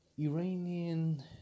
Iranian